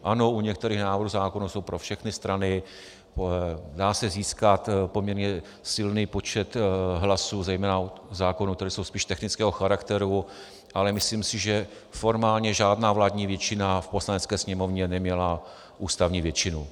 Ano, u některých návrhů zákonů jsou pro všechny strany, dá se získat poměrně silný počet hlasů, zejména u zákonů, které jsou spíš technického charakteru, ale myslím si, že formálně žádná vládní většina v Poslanecké sněmovně neměla ústavní většinu.